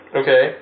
okay